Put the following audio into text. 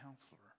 counselor